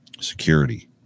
Security